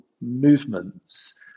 movements